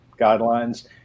guidelines